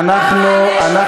אבל אתה לא אמרת,